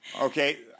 Okay